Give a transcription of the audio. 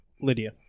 Lydia